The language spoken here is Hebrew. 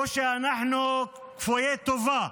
או שאנחנו כפויי טובה,